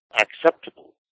acceptable